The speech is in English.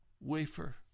wafer